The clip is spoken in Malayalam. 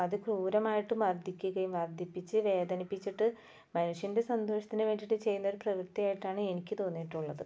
അതിക്രൂരമായിട്ട് മർദ്ദിക്കുകയും വർദ്ധിപ്പിച്ച് വേദനിപ്പിച്ചിട്ട് മനുഷ്യൻ്റെ സന്തോഷത്തിന് വേണ്ടിയിട്ട് ചെയ്യുന്ന ഒരു പ്രവൃത്തി ആയിട്ടാണ് എനിക്ക് തോന്നിയിട്ടുള്ളത്